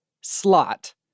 slot